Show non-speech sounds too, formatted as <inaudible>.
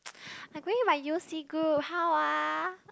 <noise> I'm going with my U_O_C group how ah